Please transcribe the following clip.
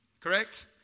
Correct